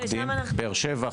באר שבע,